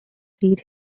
seat